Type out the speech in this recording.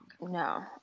No